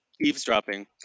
eavesdropping